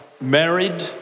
married